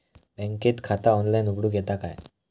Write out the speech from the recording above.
बँकेत खाता ऑनलाइन उघडूक येता काय?